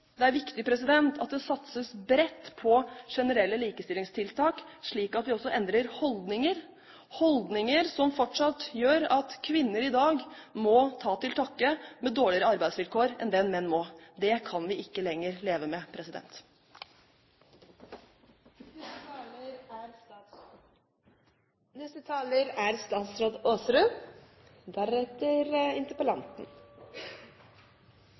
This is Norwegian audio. at det satses bredt på generelle likestillingstiltak slik at vi også endrer holdninger – holdninger som fortsatt gjør at kvinner i dag må ta til takke med dårligere arbeidsvilkår enn det menn må. Det kan vi ikke lenger leve med. Ufrivillig deltid er en form for arbeidsledighet og må bekjempes som annen arbeidsledighet. Derfor er